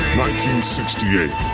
1968